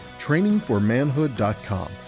trainingformanhood.com